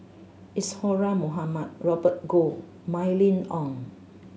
Isadhora Mohamed Robert Goh Mylene Ong